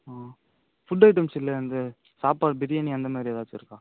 ஆ food ஐட்டம்ஸில் அந்த சாப்பாடு பிரியாணி அந்த மாதிரி எதாச்சும் இருக்கா